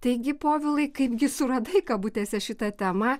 taigi povilai kaipgi suradai kabutėse šitą temą